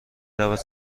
رود